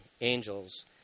angels